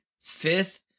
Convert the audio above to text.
Fifth